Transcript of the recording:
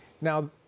Now